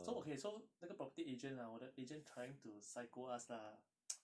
so okay so 那个 property agent lah 我的 agent trying to psycho us lah